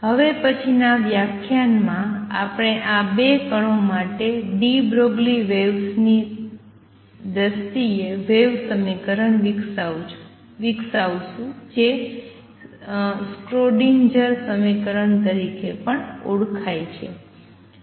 હવે પછીના વ્યાખ્યાન માં આપણે આ કણો માટે ડી બ્રોગલી વેવ્સની દ્રષ્ટિએ વેવ સમીકરણ વિકસાવીશું જે સ્ક્રોડિંજરSchrödinger સમીકરણ તરીકે ઓળખાય છે